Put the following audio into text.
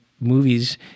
movies